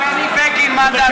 תשאל את בני בגין מה דעתו על,